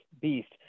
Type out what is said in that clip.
Beast